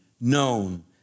known